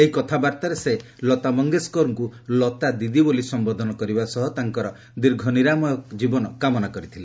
ଏହି କଥାବାର୍ତ୍ତାରେ ସେ ଲତା ମଙ୍ଗେସକରଙ୍କ ଲତା ଦିଦି ବୋଲି ସମ୍ଘୋଧନ କରିବା ସହ ତାଙ୍କର ଦୀର୍ଘ ନିରାମୟ ଜୀବନ କାମନା କରିଥିଲେ